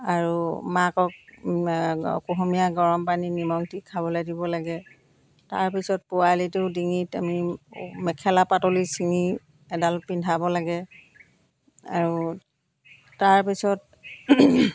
আৰু মাকক কুহুমীয়া গৰম পানী নিমখ দি খাবলৈ দিব লাগে তাৰপিছত পোৱালিটো ডিঙিত আমি মেখেলা পাতলি চিঙি এডাল পিন্ধাব লাগে আৰু তাৰপিছত